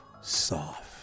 soft